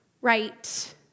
right